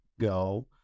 go